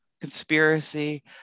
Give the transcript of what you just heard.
conspiracy